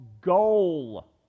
goal